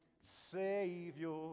Savior